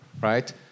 right